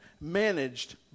managed